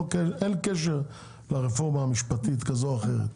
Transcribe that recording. אין קשר לרפורמה משפטית כזו או אחרת.